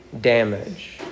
damage